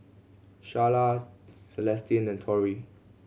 Sharla Celestine and Tory